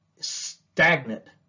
stagnant